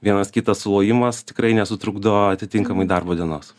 vienas kitas sulojimas tikrai nesutrukdo atitinkamai darbo dienos